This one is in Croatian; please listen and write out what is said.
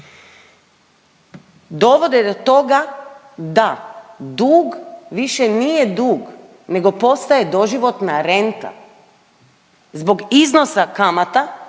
dovode do toga da dug više nije dug nego postaje doživotna renta zbog iznosa kamata,